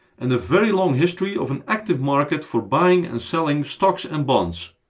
and a very long history of an active market for buying and selling stocks and bonds,